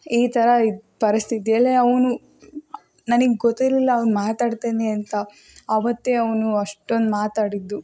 ಈ ಥರ ಇದು ಪರಿಸ್ಥಿತಿಯಲ್ಲಿ ಅವನು ನನಗೆ ಗೊತ್ತಿರಲಿಲ್ಲ ಅವ್ನು ಮಾತಾಡ್ತಾನೆ ಅಂತ ಆವತ್ತೇ ಅವನು ಅಷ್ಟೊಂದು ಮಾತಾಡಿದ್ದು